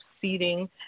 seating